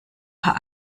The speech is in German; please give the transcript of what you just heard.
paar